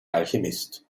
alchemist